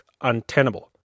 untenable